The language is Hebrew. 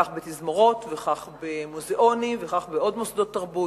כך תזמורות וכך מוזיאונים וכך עוד מוסדות תרבות.